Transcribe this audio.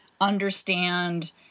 understand